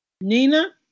Nina